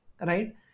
right